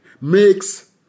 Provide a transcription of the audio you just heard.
makes